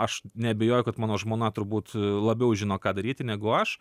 aš neabejoju kad mano žmona turbūt labiau žino ką daryti negu aš